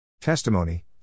Testimony